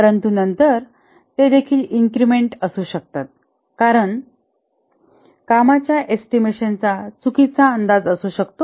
परंतु नंतर ते देखील इन्क्रिमेंट असू शकतात कारण कामाच्या एस्टिमेशनचा चुकीचा अंदाज असू शकतो